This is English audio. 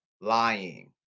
lying